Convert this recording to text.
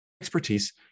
expertise